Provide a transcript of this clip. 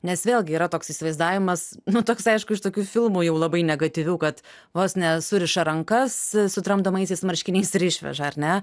nes vėlgi yra toks įsivaizdavimas nu toks aišku iš tokių filmų jau labai negatyvių kad vos ne suriša rankas su tramdomaisiais marškiniais ir išveža ar ne